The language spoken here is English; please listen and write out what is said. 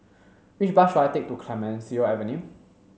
which bus should I take to Clemenceau Avenue